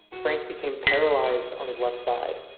frank became paralyzed on his left side.